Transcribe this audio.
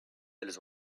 elles